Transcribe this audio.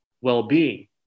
well-being